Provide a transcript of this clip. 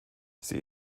sie